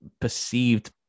perceived